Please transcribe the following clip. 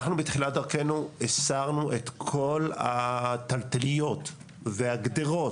אנחנו בתחילת דרכנו הסרנו את כל התלתליות והגדרות